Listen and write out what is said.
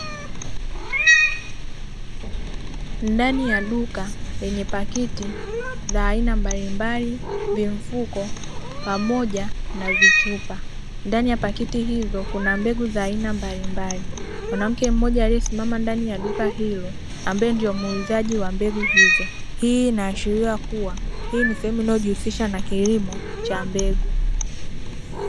Ndani ya duka lenye pakiti za aina mbalimbali, vimfuko pamoja na vichupa. Ndani ya pakiti hizo kuna mbegu za aina mbalimbali. Mwanamke mmoja aliyesimama ndani ya duka hilo, ambaye ndiye muuzaji wa mbegu hizo. Hii inaashiria kuwa, hii ni sehemu inayojihusisha na kilimo cha mbegu.